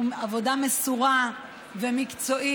עבודה מסורה ומקצועית,